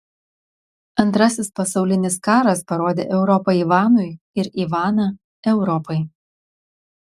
antrasis pasaulinis karas parodė europą ivanui ir ivaną europai